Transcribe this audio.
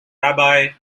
rabbi